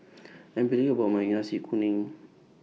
I'm particular about My Nasi Kuning